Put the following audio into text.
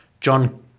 John